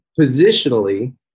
Positionally